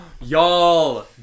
Y'all